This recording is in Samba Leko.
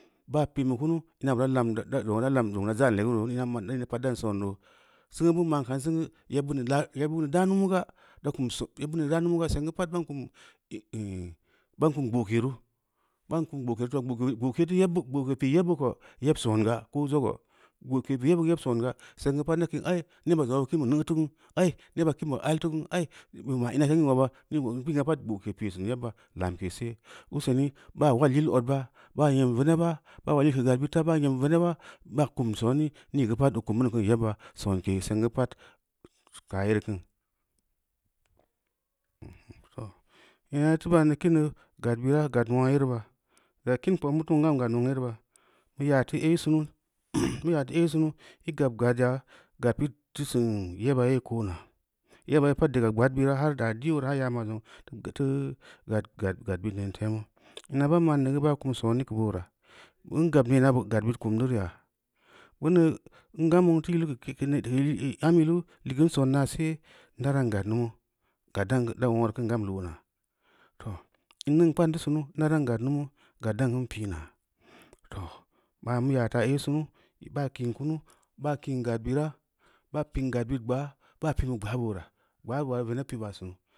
Baa pi’n bu kunu ina bura lam zongna da lam da za’n legu roo, da m̄a ma’n mii pad da san nuo, singu bin ma’n kan singu yebbid i daa namu ga, yebbid ī daa numu ga seng geu pad ban kum bon kum ga seng geu pad ban kum ban kum gbo’ kera to gbo’ke pii yebbu ko, yeb senga geu pad na kin ai neba zangna bu kin bu neu teu kuu, ai neba kim bu alteu kaa ai bu ma m̄a teu zongna ba, nii geu bod gbo’ke pii sin yebba, lam ke sel. Useni baa mal yil odba ba nyen veneɓa, bim keu gad bid fa baa ngeu veneba baa kum sooni nii geu pad oo kum birin kin yebba, senke seng geu pad ka ayere kin. Neino bu tu ban ne kin doo gad bira gad nuengna yere ba, gam kin kpora muteu nueng gam gad muong yere ba, bu yaa teu ei seenu bu yaa teu ei sunu. ī gab gad ya gad bid teu sin yeba yee ko’ naa yeba pad diga gbad bira haa daga dii wuera haa yan beu zong teu gad bid neen tonu m̄a baa ma’n nu geu bu kunu du ru yaa, beuneu n gam nuong teu geu am yilu ligea sen naaseu n daran gad lumu, gad dan mungna reu gam lo’na. too in ningn kpa’n teu samu na dan gad nameu gad dan pi’na, too maa mu yaa taa ei sunu baa ke’n kunu, baa kin gad bira, baa pi’n gad bid gbaa baa pibu gbaa boora, gbaa baa veneb pi’ bua sunu.